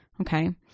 Okay